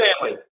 family